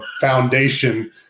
foundation